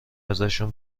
ازشون